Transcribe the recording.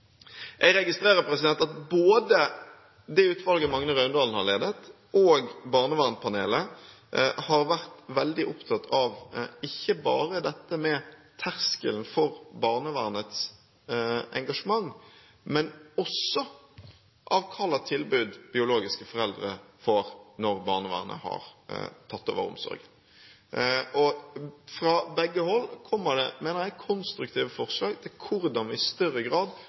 Jeg registrerer at både det utvalget Magne Raundalen har ledet, og Barnevernpanelet har vært veldig opptatt av ikke bare dette med terskelen for barnevernets engasjement, men også hva slags tilbud biologiske foreldre får når barnevernet har tatt over omsorgen. Fra begge hold kommer det, mener jeg, konstruktive forslag til hvordan vi i større grad